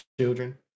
children